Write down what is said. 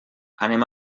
anem